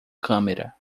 câmera